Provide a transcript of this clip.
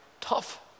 tough